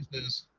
is.